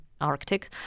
Arctic